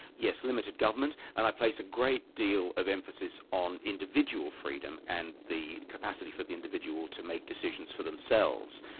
yes. limited government and i place a great deal of emphasis on individual freedom and the capacity for the individual to make decisions for themselves,